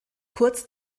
kurz